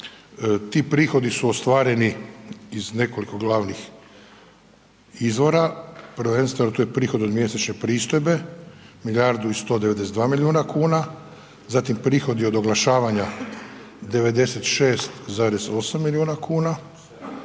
Ti prihodi su ostvareni iz nekoliko glavnih izvora, prvenstveno to je prihod od mjesečne pristojbe milijardu i 192 milijuna kuna, zatim prihodi od oglašavanja 96,8 milijuna kuna,